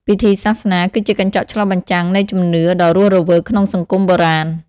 ពិធីសាសនា គឺជាកញ្ចក់ឆ្លុះបញ្ចាំងនៃជំនឿដ៏រស់រវើកក្នុងសង្គមបុរាណ។